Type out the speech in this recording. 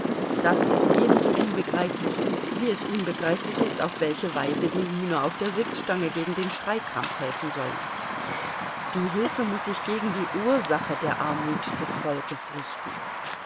das ist ebenso unbegreiflich wie es unbegreiflich ist auf welche weise die hühner auf der sitzstange gegen den schreikrampf helfen sollen die hilfe muß sich gegen die ursache der armut des volkes richten